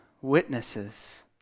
witnesses